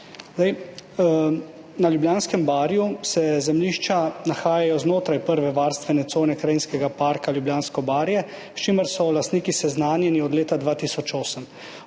Na Ljubljanskem barju se zemljišča nahajajo znotraj prve varstvene cone Krajinskega parka Ljubljansko barje, s čimer so lastniki seznanjeni od leta 2008.